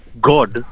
god